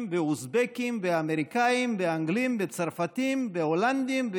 ואוזבקים ואמריקאים ואנגלים וצרפתים והולנדים,